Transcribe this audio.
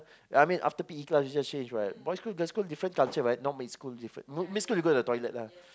I mean like after P_E class you just change right boy school girl school different culture not mixed school mixed school goes into the toilet